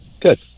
Good